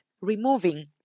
removing